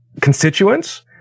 constituents